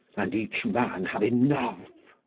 and each man have enough.